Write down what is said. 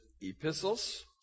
Epistles